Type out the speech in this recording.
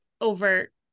overt